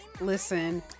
Listen